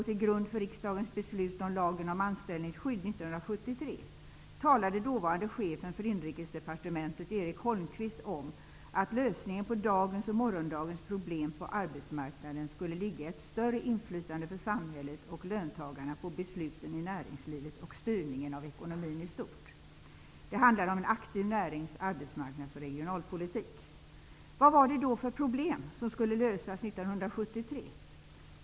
Eric Holmqvist, om att lösningen på dagens och morgondagens problem på arbetsmarknaden skulle ligga i ett större inflytande för samhället och löntagarna på besluten i näringslivet och styrningen av ekonomin i stort. Det handlade om en aktiv närings-, arbetsmarknads och regionalpolitik. Vad var det då för problem som skulle lösas 1973?